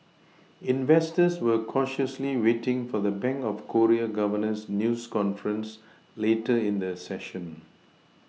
investors were cautiously waiting for the bank of Korea governor's news conference later in the session